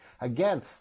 Again